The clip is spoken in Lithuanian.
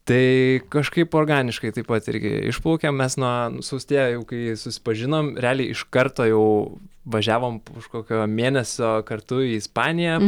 tai kažkaip organiškai taip pat irgi išplaukėm mes nuo su austėja jau kai susipažinom realiai iš karto jau važiavom už kokio mėnesio kartu į ispaniją